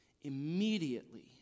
immediately